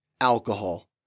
Alcohol